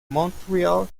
montreal